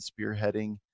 spearheading